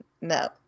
No